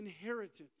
inheritance